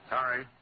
Sorry